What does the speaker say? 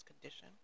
condition